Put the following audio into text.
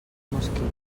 mosquit